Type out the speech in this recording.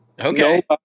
Okay